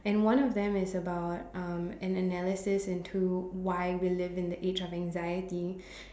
and one of them is about um an analysis into why we live in the age of anxiety